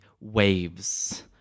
waves